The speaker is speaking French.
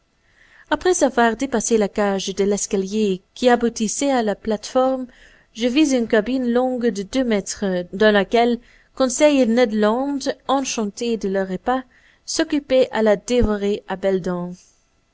après avoir dépassé la cage de l'escalier qui aboutissait à la plate-forme je vis une cabine longue de deux mètres dans laquelle conseil et ned land enchantés de leur repas s'occupaient à le dévorer